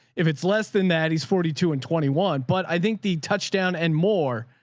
if it's less than that, he's forty two and twenty one. but i think the touchdown and more,